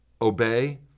obey